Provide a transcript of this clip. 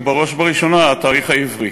ובראש ובראשונה התאריך העברי.